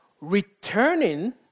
returning